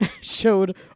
showed